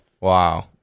Wow